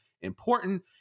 important